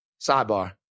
sidebar